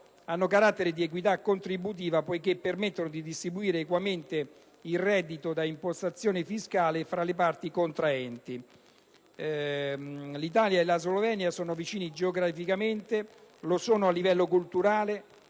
hanno carattere di equità contributiva, poiché permettono di distribuire equamente il reddito da imposizione fiscale tra le parti contraenti. L'Italia e la Slovenia sono vicine geograficamente; lo sono a livello culturale